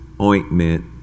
ointment